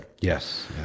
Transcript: Yes